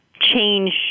change